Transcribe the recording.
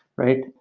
right?